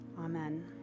Amen